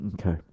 Okay